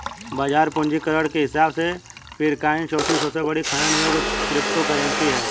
बाजार पूंजीकरण के हिसाब से पीरकॉइन चौथी सबसे बड़ी खनन योग्य क्रिप्टोकरेंसी है